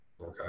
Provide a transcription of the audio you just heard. okay